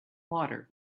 water